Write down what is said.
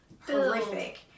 horrific